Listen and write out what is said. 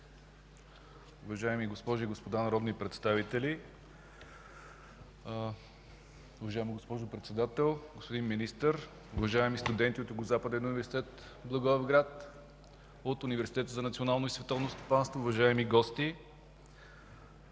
Уважаеми госпожи и господа народни представители, уважаема госпожо Председател, господин Министър, уважаеми студенти от Югозападния университет – Благоевград, и от Университета за национално и световно стопанство, уважаеми гости!